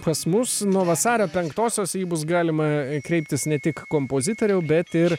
pas mus nuo vasario penktosios į jį bus galima kreiptis ne tik kompozitoriau bet ir